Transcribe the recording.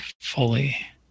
fully